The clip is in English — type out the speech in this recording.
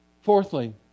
Fourthly